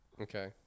Okay